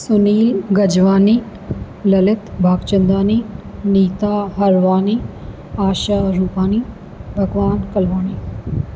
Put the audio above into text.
Sunil Gajwani Lalit Bhagchandani Neeta Harwani Asha Rupani Bhagwan Kalwani